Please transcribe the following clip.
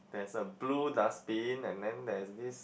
there's a blue dustbin and then there's this